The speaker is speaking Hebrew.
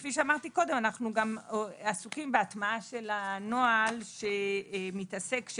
וכפי שאמרתי קודם אנחנו גם עסוקים בהטמעה של הנוהל של 2021,